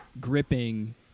gripping